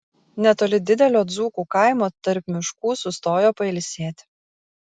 netoli didelio dzūkų kaimo tarp miškų sustojo pailsėti